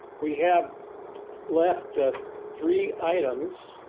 we have left three items